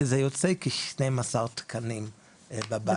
שזה יוצא כ-12 תקנים בבית.